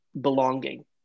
belonging